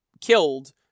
killed